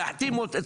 להחתים את